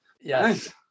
Yes